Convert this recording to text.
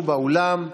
חבר הכנסת יאיר גולן,